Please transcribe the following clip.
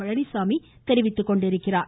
பழனிசாமி தெரிவித்துக்கொண்டுள்ளார்